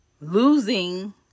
losing